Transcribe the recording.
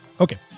Okay